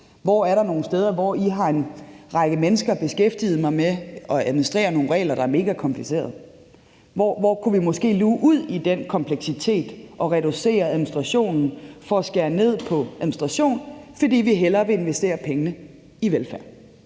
Hvor er der nogle steder, hvor I har en række mennesker beskæftiget med at administrere nogle regler, der er mega komplicerede? Og hvor kunne vi måske luge ud i den kompleksitet og reducere administrationen, for vi vil hellere investere pengene i velfærd?